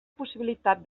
possibilitat